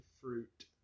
fruit